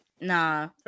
nah